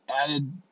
added